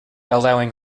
allowing